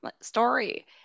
story